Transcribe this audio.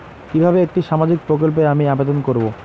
কিভাবে একটি সামাজিক প্রকল্পে আমি আবেদন করব?